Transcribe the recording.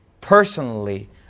personally